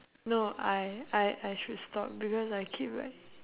no I I I should stop because I keep like